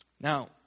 Now